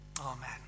Amen